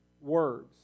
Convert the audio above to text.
words